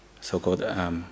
so-called